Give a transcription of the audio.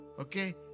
Okay